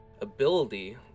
ability